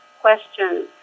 questions